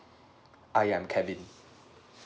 err yeah I'm kevin